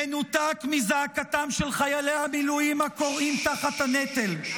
מנותק מזעקתם של חיילי המילואים הכורעים תחת הנטל.